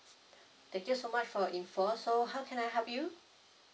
thank you so much for your info so how can I help you